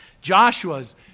Joshua's